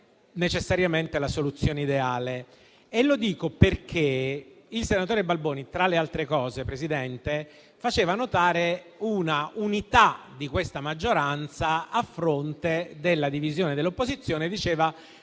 necessariamente la soluzione ideale. Lo dico perché il senatore Balboni, tra le altre cose, Presidente, faceva notare una unità di questa maggioranza a fronte della divisione dell'opposizione e diceva: